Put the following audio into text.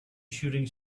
shooting